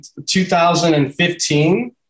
2015